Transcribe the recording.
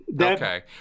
okay